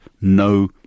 no